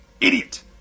Idiot